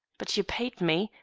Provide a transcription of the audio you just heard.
but you paid me,